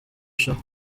shower